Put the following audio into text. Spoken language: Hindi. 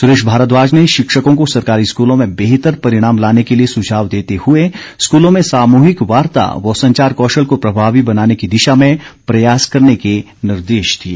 सुरेश भारद्वाज ने शिक्षकों को सरकारी स्कूलों में बेहतर परिणाम लाने के लिए सुझाव देते हुए स्कूलों में सामूहिक वार्ता व संचार कौशल को प्रभावी बनाने की दिशा में प्रयास करने के निर्देश दिए